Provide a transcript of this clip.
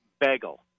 Bagel